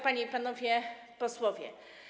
Panie i Panowie Posłowie!